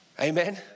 Amen